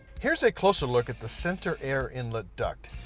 here's a closer. look at the center air inlet duct.